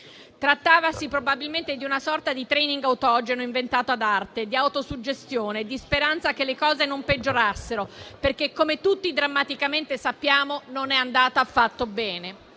Trattavasi probabilmente di una sorta di *training* autogeno inventato ad arte, di autosuggestione e di speranza che le cose non peggiorassero. Ma - come tutti drammaticamente sappiamo - non è andata affatto bene: